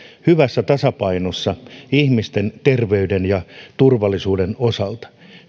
hyvässä tasapainossa ihmisten terveyden ja turvallisuuden osalta